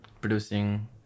producing